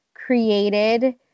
created